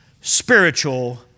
spiritual